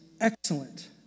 excellent